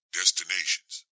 destinations